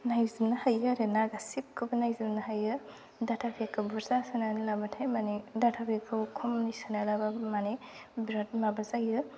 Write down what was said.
नायजोबनो हायो आरोना गासैखौबो नायजोबनो हायो डाटा पेकखौ बुरजा सोनानै लाबाथाय माने डाटा पेकखौ खमनि सोनानै लाबाबो माने बिरात माबा जायो